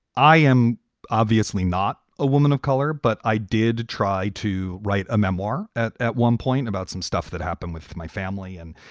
i am obviously not a woman of color, but i did try to write a memoir. at at one point about some stuff that happened with my family. and,